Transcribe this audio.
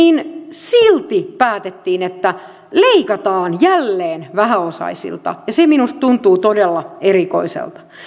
silti päätettiin että leikataan jälleen vähäosaisilta ja se minusta tuntuu todella erikoiselta